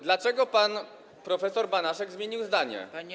Dlaczego pan prof. Banaszak zmienił zdanie?